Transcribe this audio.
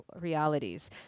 realities